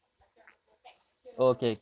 macam dia punya texture